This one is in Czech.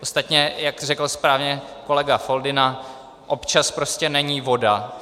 Ostatně jak řekl správně kolega Foldyna, občan prostě není voda.